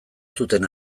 zuten